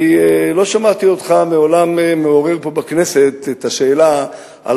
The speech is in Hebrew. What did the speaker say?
אני לא שמעתי אותך מעולם מעורר פה בכנסת את השאלה על